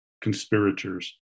conspirators